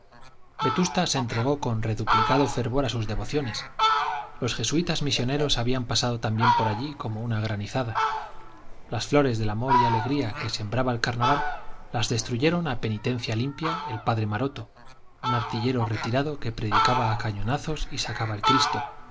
vetusta se entregó con reduplicado fervor a sus devociones los jesuitas misioneros habían pasado también por allí como una granizada las flores de amor y alegría que sembrara el carnaval las destruyeron a penitencia limpia el padre maroto un artillero retirado que predicaba a cañonazos y sacaba el cristo